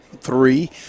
three